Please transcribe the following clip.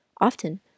Often